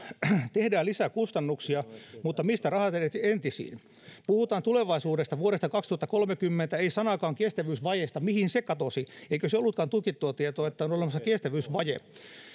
tehdään lisää kustannuksia mutta mistä rahat edes entisiin puhutaan tulevaisuudesta vuodesta kaksituhattakolmekymmentä ei sanaakaan kestävyysvajeesta mihin se katosi eikö se ollutkaan tutkittua tietoa että on olemassa kestävyysvaje